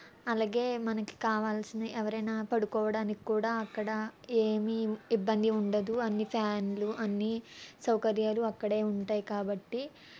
అలగే మనకి కావాల్సిన ఎవరైనా పడుకోవడానికి కూడా అక్కడ ఏమీ ఇబ్బంది ఉండదు అన్నీ ఫ్యాన్లు అన్నీ సౌకర్యాలు అక్కడే ఉంటాయి కాబట్టి